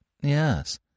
Yes